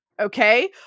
Okay